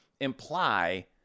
imply